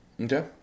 Okay